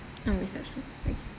ah reception okay